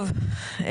טוב,